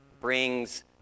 brings